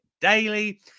daily